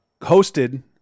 hosted